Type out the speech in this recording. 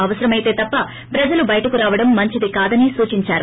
అవసరమైతే తప్ప ప్రజలు బయటకు రావడం మంచిది కాదని సూచిందారు